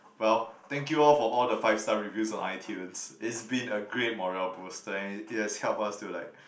well thank you all for all the five star reviews on iTunes it's been a great morale booster and it it has helped us to like